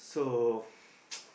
so